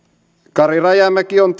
kari rajamäki on